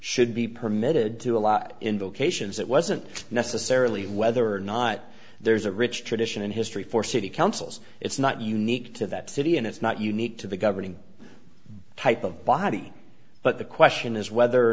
should be permitted to a lot indications that wasn't necessarily whether or not there's a rich tradition in history for city councils it's not unique to that city and it's not unique to the governing type of body but the question is whether or